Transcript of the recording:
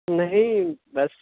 نہیں بس